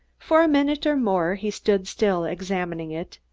for a minute or more he stood still, examining it,